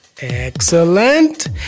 Excellent